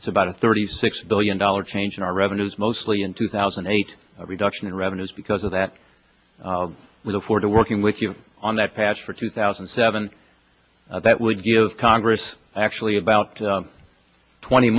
it's about a thirty six billion dollars change in our revenues mostly in two thousand and eight reduction in revenues because of that with a four to working with you on that patch for two thousand and seven that would give congress actually about twenty